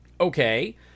Okay